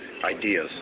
Ideas